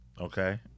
Okay